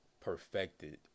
perfected